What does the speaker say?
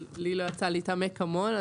לי לא יצא להתעמק בו המון.